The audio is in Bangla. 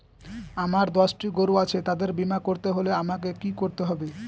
আমার দশটি গরু আছে তাদের বীমা করতে হলে আমাকে কি করতে হবে?